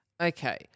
Okay